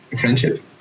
friendship